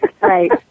Right